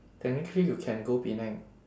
technically you can go penang